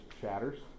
shatters